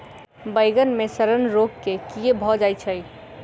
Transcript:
बइगन मे सड़न रोग केँ कीए भऽ जाय छै?